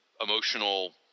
emotional